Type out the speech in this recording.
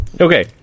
Okay